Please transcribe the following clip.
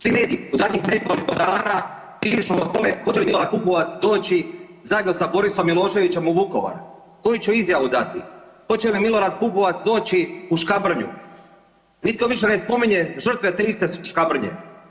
Svi mediji u zadnjih nekoliko dana pišu o tome hoće li Milorad Pupovac doći zajedno sa Borisom Miloševićem u Vukovar, koju će izjavu dati, hoće li Milorad Pupovac doći u Škabrnju, nitko više ne spominje žrtve te iste Škabrnje.